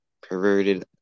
perverted